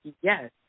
yes